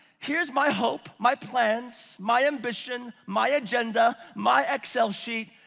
here's my hope, my plans, my ambition, my agenda, my excel sheet.